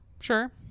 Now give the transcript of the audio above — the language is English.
sure